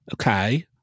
Okay